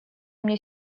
мне